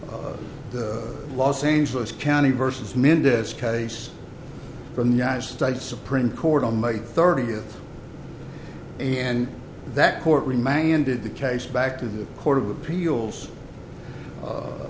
the los angeles county versus mendez case from the united states supreme court on may thirtieth and that court remanded the case back to the court of appeals